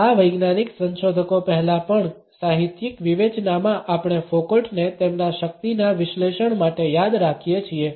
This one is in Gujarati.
આ વૈજ્ઞાનિક સંશોધકો પહેલા પણ સાહિત્યિક વિવેચનામાં આપણે ફોકોલ્ટ ને તેમના શક્તિના વિશ્લેષણ માટે યાદ રાખીએ છીએ